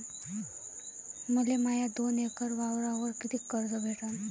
मले माया दोन एकर वावरावर कितीक कर्ज भेटन?